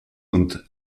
und